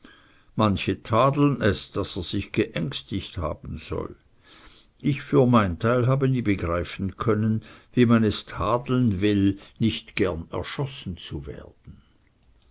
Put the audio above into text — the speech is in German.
manche tadeln es daß er sich geängstigt haben soll ich für mein teil habe nie begreifen können wie man es tadeln will nicht gern erschossen zu werden